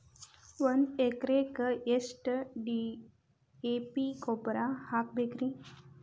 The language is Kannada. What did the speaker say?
ಒಂದು ಎಕರೆಕ್ಕ ಎಷ್ಟ ಡಿ.ಎ.ಪಿ ಗೊಬ್ಬರ ಹಾಕಬೇಕ್ರಿ?